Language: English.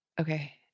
okay